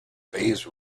phase